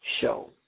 show